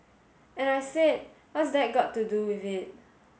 and I said What's that got to do with it